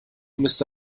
müsste